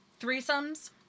threesomes